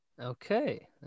Okay